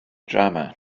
drama